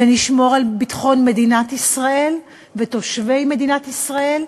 ונשמור על ביטחון מדינת ישראל ועל תושבי מדינת ישראל,